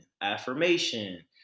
affirmation